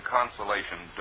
Consolation